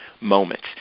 moments